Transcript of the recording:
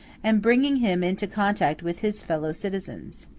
and bringing him into contact with his fellow-citizens.